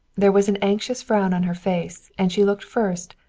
there was an anxious frown on her face, and she looked first,